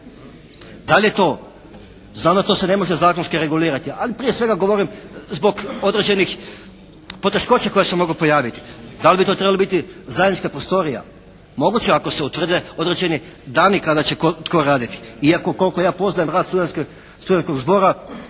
Da li je to, znam da to se ne može zakonski regulirati ali prije svega govorim zbog određenih poteškoća koje se mogu pojaviti. Da li bi to trebala biti zajednička prostorija? Moguće ako se utvrde određeni dani kada će tko raditi iako koliko ja poznam rad studentskog zbora